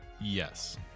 Yes